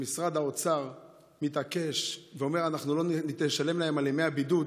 משרד האוצר מתעקש ואומר: אנחנו לא נשלם להם על ימי הבידוד,